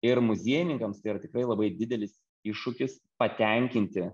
ir muziejininkams tai yra tikrai labai didelis iššūkis patenkinti